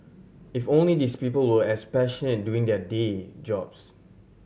if only these people were as passionate doing their day jobs